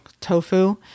tofu